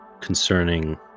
concerning